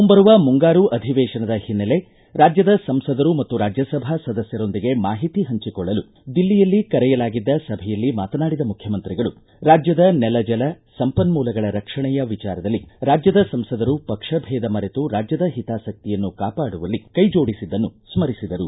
ಮುಂಬರುವ ಮುಂಗಾರು ಅಧಿವೇಶನದ ಹಿನ್ನೆಲೆ ರಾಜ್ಯದ ಸಂಸದರು ಮತ್ತು ರಾಜ್ಯಸಭಾ ಸದಸ್ಯರೊಂದಿಗೆ ಮಾಹಿತಿ ಹಂಚಿಕೊಳ್ಳಲು ದಿಲ್ಲಿಯಲ್ಲಿ ಕರೆಯಲಾಗಿದ್ದ ಸಭೆಯಲ್ಲಿ ಮಾತನಾಡಿದ ಮುಖ್ಯಮಂತ್ರಿಗಳು ರಾಜ್ಯದ ನೆಲ ಜಲ ಸಂಪನ್ಮೂಲಗಳ ರಕ್ಷಣೆಯ ವಿಚಾರದಲ್ಲಿ ರಾಜ್ಯದ ಸಂಸದರು ಪಕ್ಷ ಭೇದ ಮರೆತು ರಾಜ್ಯದ ಹಿತಾಸಕ್ತಿಯನ್ನು ಕಾಪಾಡುವಲ್ಲಿ ಕೈಜೋಡಿಸಿದ್ದನ್ನು ಸ್ಥರಿಸಿದರು